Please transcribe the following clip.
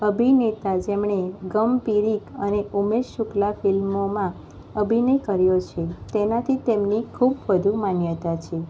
અભિનેતા જેમણે ગમ પિરિક અને ઉમેશ શુક્લા ફિલ્મોમાં અભિનય કર્યો છે તેનાથી તેમને ખૂબ વધુ માન્યતા છે